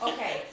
Okay